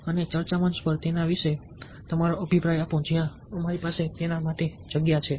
અને ચર્ચા મંચ પર તેના વિશે તમારો અભિપ્રાય આપો જ્યાં અમારી પાસે તેના માટે જગ્યા છે